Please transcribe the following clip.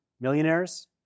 millionaires